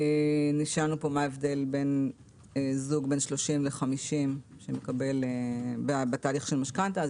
נשאלנו מה ההבדל בין זוג בן 30 ל-50 בתהליך של משכנתא.